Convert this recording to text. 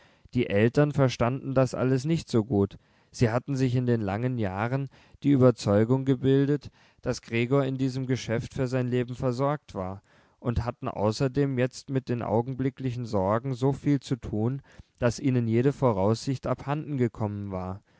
die eltern verstanden das alles nicht so gut sie hatten sich in den langen jahren die überzeugung gebildet daß gregor in diesem geschäft für sein leben versorgt war und hatten außerdem jetzt mit den augenblicklichen sorgen so viel zu tun daß ihnen jede voraussicht abhanden gekommen war